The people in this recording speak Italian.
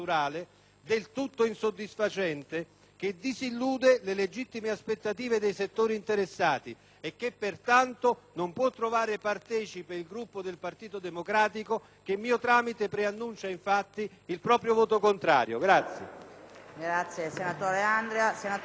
che disillude le legittime aspettative dei settori interessati e che pertanto non può trovare partecipe il Gruppo del Partito Democratico, che per mio tramite preannuncia, infatti, il proprio voto contrario.